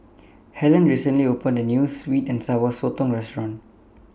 Hellen recently opened A New Sweet and Sour Sotong Restaurant